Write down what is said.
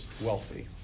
wealthy